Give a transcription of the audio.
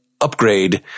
upgrade